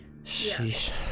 Sheesh